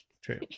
True